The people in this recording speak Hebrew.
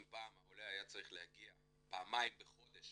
אם פעם העולה היה צריך להגיע פעמיים בחודש